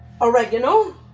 oregano